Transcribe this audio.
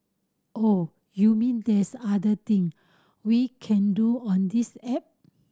oh you mean there's other thing we can do on this app